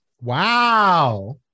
Wow